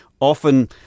often